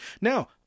now